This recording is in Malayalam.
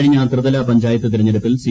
കഴിഞ്ഞ ത്രിതല പഞ്ചായത്ത് തിരഞ്ഞെടുപ്പിൽ സി